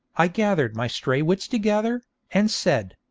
i gathered my stray wits together, and said